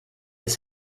this